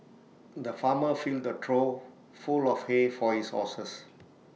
the farmer filled A trough full of hay for his horses